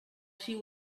she